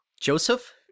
Joseph